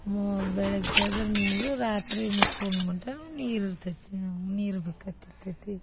ಮೂ ಬೆಳಗ್ಗೆ ಎದ್ರೆ ನೀರು ರಾತ್ರಿ ಮುಕೊಂಡ್ ಮಟನೂ ನೀರು ಇರ್ತೈತಿ ನಮ್ಗೆ ನೀರು ಬೇಕಾಗ್ತಿರ್ತೈತಿ